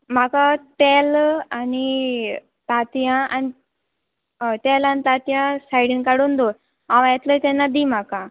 म्हाका तेल आनी तांतयां आनी हय तेल आनी तांतयां सायडीन काडून दवर हांव येतलें तेन्ना दी म्हाका